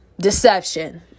Deception